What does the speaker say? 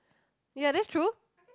ya that's true